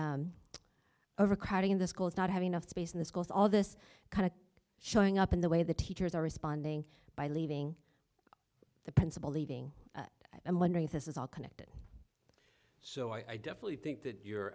overcrowding in the schools not have enough space in the schools all this kind of showing up in the way the teachers are responding by leaving the principal leaving and wondering if this is all connected so i definitely think that you